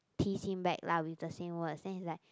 tease him back lah with the same words then he's like